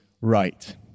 right